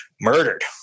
murdered